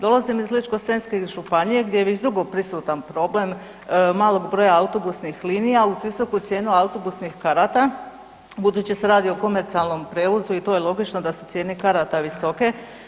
Dolazim iz Ličko-senjske županije gdje je već dugo prisutan problem malog broja autobusnih linija uz visoku cijenu autobusnih karata budući se radi o komercijalnom prijevozu i to je logično da su cijene karata visoke.